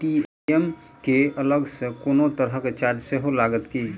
ATM केँ अलग सँ कोनो तरहक चार्ज सेहो लागत की?